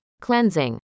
Cleansing